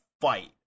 fight